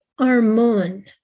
Armon